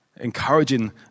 encouraging